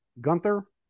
Gunther